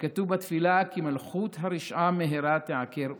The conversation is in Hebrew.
ככתוב בתפילה: "ומלכות הרשעה מהרה תיעקר ותישבר".